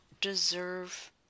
deserve